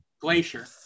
glacier